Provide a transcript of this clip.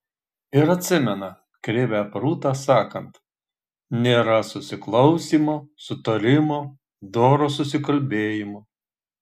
ir atsimena krivę prūtą sakant nėra susiklausymo sutarimo doro susikalbėjimo